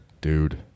dude